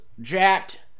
jacked